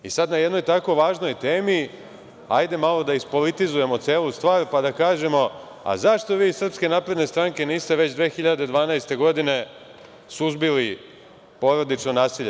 I sad na jednoj tako važnoj temi, hajde malo da ispolitizujemo celu stvar, pa da kažemo – a zašto vi iz Srpske napredne stranke niste već 2012. godine suzbili porodično nasilje?